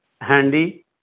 handy